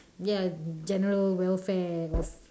ya general welfare of